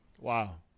wow